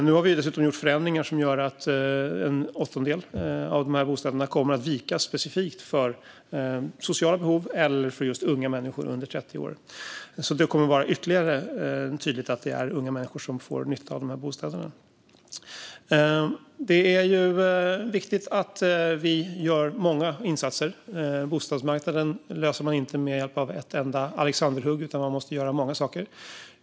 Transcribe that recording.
Nu har vi dessutom gjort förändringar som gör att en åttondel av de här bostäderna kommer att vikas specifikt för sociala behov eller för just unga människor under 30 år. Det kommer alltså att vara tydligt att det är unga människor som får nytta av de här bostäderna. Det är viktigt att vi gör många insatser. Bostadsmarknadens utmaningar löser man inte med ett enda alexanderhugg, utan man måste göra många saker.